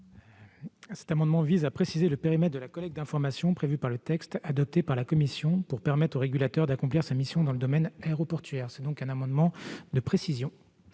Cet amendement vise à préciser le périmètre de la collecte d'informations prévue par le texte de la commission pour permettre au régulateur d'accomplir sa mission dans le domaine aéroportuaire. Quel est l'avis